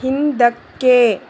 ಹಿಂದಕ್ಕೆ